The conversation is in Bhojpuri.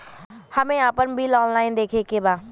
हमे आपन बिल ऑनलाइन देखे के बा?